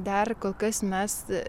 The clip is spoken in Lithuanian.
dar kol kas mes